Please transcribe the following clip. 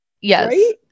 Yes